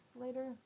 later